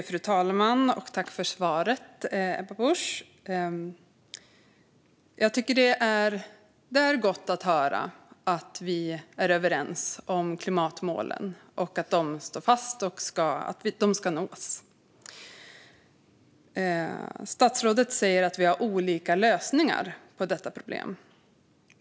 Fru talman! Tack för svaret, Ebba Busch! Det är gott att höra att vi är överens om klimatmålen och att de ligger fast och ska nås. Statsrådet säger att vi har olika lösningar på detta problem.